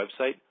website